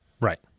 Right